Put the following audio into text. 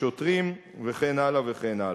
שוטרים, וכן הלאה וכן הלאה.